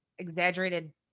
exaggerated